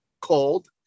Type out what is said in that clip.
cold